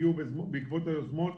הגיעו בעקבות היוזמות